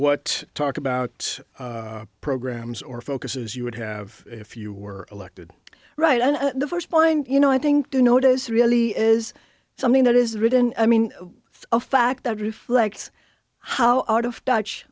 what talk about programs or focuses you would have if you were elected right and the first point you know i think to notice really is something that is written i mean for a fact that reflects how out of touch